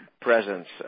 presence